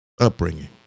upbringing